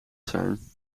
zijn